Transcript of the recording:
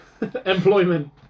Employment